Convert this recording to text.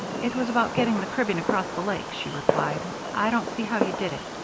it was about getting the cribbing across the lake, she replied. i don't see how you did it.